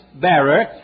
bearer